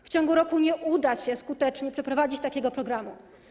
W ciągu roku nie uda się skutecznie przeprowadzić takiego programu.